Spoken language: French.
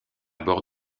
bord